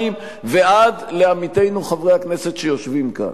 ועד לעמיתינו חברי הכנסת שיושבים כאן.